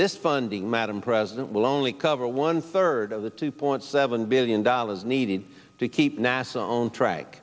this funding madam president will only cover one third of the two point seven billion dollars needed to keep nasa own track